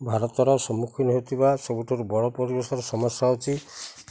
ଭାରତର ସମ୍ମୁଖୀନ ହେଉଥିବା ସବୁଠାରୁ ବଡ଼ ପରିବେଶର ସମସ୍ୟା ଅଛି